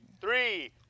three